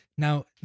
Now